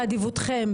באדיבותכם,